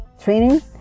training